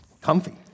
comfy